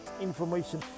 information